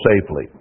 safely